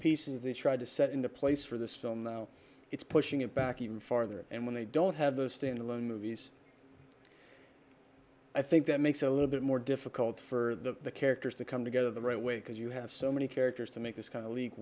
pieces they tried to set in the place for this film now it's pushing it back even farther and when they don't have those standalone movies i think that makes a little bit more difficult for the characters to come together the right way because you have so many characters to make this